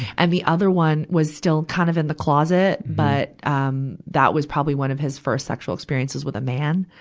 and the other one was still kind of in the closet, but, um, that was probably one of his first sexual experiences with a man.